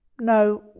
No